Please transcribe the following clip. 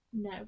No